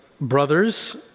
Brothers